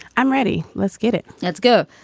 i'm ready. let's get it. let's go.